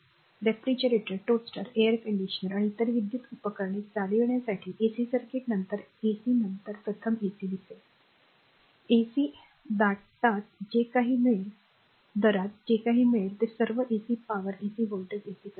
refrigerator toaster air conditioner आणि इतर विद्युत उपकरणे चालविण्यासाठी एसी सर्किट नंतर एसी नंतर प्रथम एसी दिसेल एसी दाटात जे काही मिळेल ते सर्व AC power AC voltage AC current आहे